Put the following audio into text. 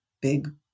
big